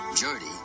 Jody